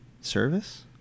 Service